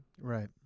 right